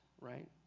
right